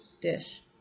DISH